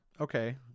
Okay